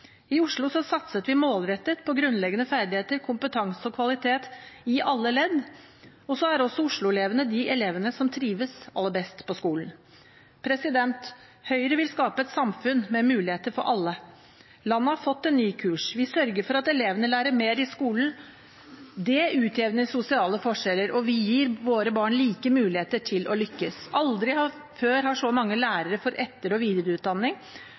I Oslo satset vi målrettet på grunnleggende ferdigheter, kompetanse og kvalitet i alle ledd, og Oslo-elevene er også de elevene som trives aller best på skolen. Høyre vil skape et samfunn med muligheter for alle. Landet har fått en ny kurs. Vi sørger for at elevene lærer mer i skolen. Det utjevner sosiale forskjeller, og vi gir våre barn like muligheter til å lykkes. Aldri før har så mange lærere fått etter- og videreutdanning,